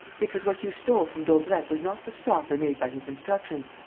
because what you stole from daubrecq was not the stopper made by his instructions,